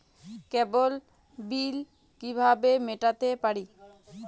কেবল bill কিভাবে মেটাতে পারি?